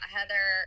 Heather